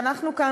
ואנחנו כאן,